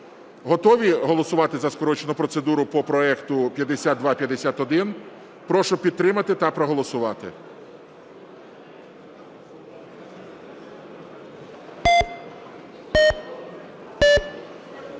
Готові голосувати за скорочену процедуру по проекту 5251? Прошу підтримати та проголосувати.